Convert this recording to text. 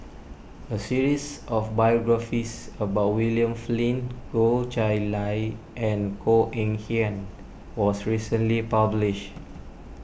a series of biographies about William Flint Goh Chiew Lye and Koh Eng Kian was recently published